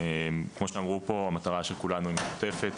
כמו שאמרו פה, המטרה של כולנו היא משותפת: